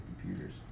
computers